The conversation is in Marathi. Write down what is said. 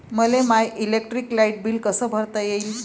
मले माय इलेक्ट्रिक लाईट बिल कस भरता येईल?